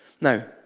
Now